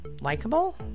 likable